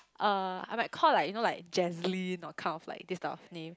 uh I might call like you know like Jazeline or kind of like this type of name